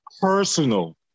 personal